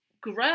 grow